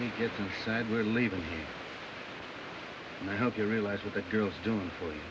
you just said we're leaving i hope you realize what the girls doing for you